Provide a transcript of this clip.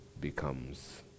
becomes